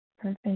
Perfect